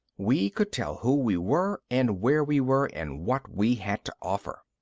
we could tell who we were and where we were and what we had to offer.